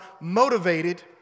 motivated